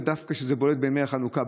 וזה בולט דווקא בימי החנוכה,